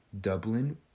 Dublin